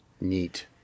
Neat